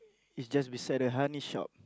it's just beside the honey shop